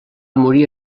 morir